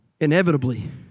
inevitably